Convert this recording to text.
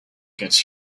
gets